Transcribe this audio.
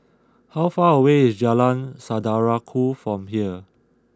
how far away is Jalan Saudara Ku from here